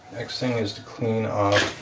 next thing is to clean off